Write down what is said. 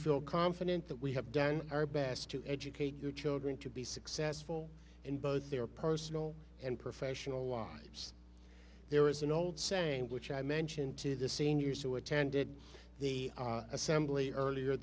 feel confident that we have done our best to educate your children to be successful in both their personal and professional lives there is an old saying which i mentioned to the seniors who attended the assembly earlier